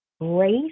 Grace